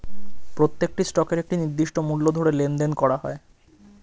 প্রত্যেকটি স্টকের একটি নির্দিষ্ট মূল্য ধরে লেনদেন করা হয়